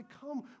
come